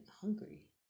hungry